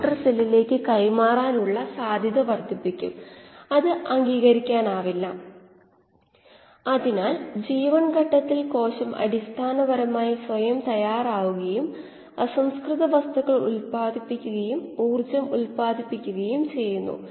critical dilution rate ശേഷം washout ഉണ്ടാകും ആ സമയത്ത് കോശങ്ങൾ ഇല്ലസബ്സ്ട്രേറ്റിന്റെ പരിവർത്തനവും ഉണ്ടാകില്ല അവിടെ കീമോസ്റ്റാറ്റ് പ്രവർത്തിപ്പിക്കുന്നതിൽ അർത്ഥമില്ല